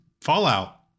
Fallout